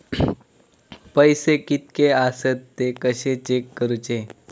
पैसे कीतके आसत ते कशे चेक करूचे?